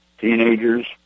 teenagers